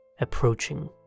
approaching